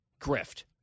grift